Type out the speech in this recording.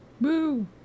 Boo